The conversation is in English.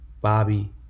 Bobby